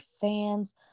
fans